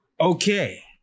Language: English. Okay